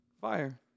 fire